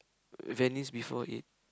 Venice before it